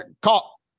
Call